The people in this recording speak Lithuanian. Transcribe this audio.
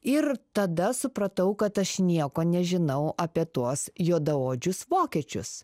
ir tada supratau kad aš nieko nežinau apie tuos juodaodžius vokiečius